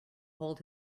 hold